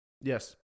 Yes